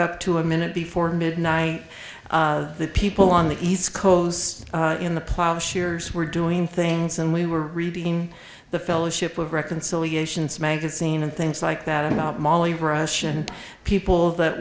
up to a minute before midnight that people on the east coast in the plowshares were doing things and we were reading the fellowship of reconciliations magazine and things like that about mali russian people that